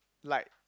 like